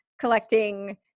collecting